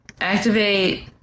activate